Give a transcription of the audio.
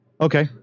Okay